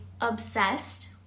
obsessed